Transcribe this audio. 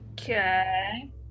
okay